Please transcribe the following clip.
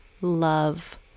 love